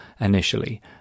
initially